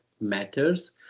matters